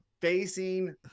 facing